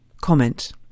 Comment